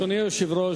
אדוני היושב-ראש,